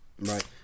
Right